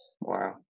Wow